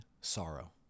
sorrow